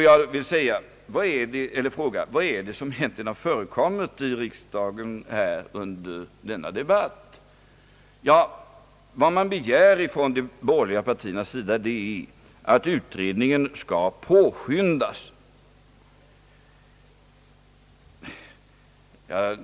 Jag vill fråga: Vad är det egentligen som förekommit här i riksdagen under denna debatt? Vad de borgerliga partierna begär är att utredningen skall påskyndas.